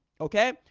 Okay